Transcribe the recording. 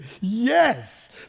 Yes